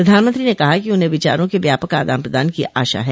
प्रधानमंत्री ने कहा कि उन्हें विचारों के व्यापक आदान प्रदान की आशा है